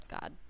god